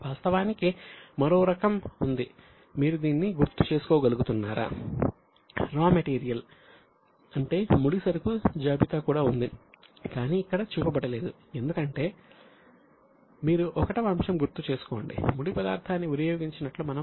వాస్తవానికి మరో రకం ఉంది మీరు దీన్ని గుర్తు చేసుకోగలుగుతున్నారా